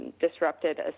disrupted